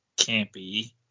campy